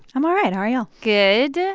i'm all right. how are you all? good.